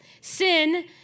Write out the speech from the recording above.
Sin